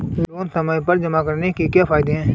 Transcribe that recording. Loan समय पर जमा कराने के क्या फायदे हैं?